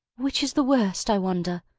which is the worst, i wonder,